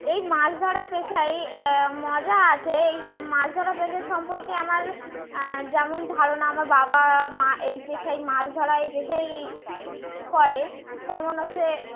এই মাছ ধরা পেশায় মজা আছে এই সব মাছ ধরা পেশা সম্পর্কে আমার যেমন ধারণা আমার বাবা মা এই পেশায় মাছ ধরা এই পেশায় করে তেমন হচ্ছে